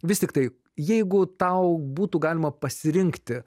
vis tiktai jeigu tau būtų galima pasirinkti